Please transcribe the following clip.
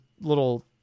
little